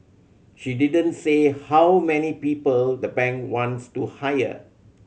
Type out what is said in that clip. she didn't say how many people the bank wants to hire